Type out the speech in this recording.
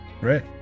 right